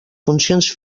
funcions